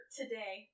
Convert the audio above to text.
today